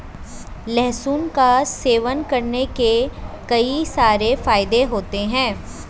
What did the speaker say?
लहसुन का सेवन करने के कई सारे फायदे होते है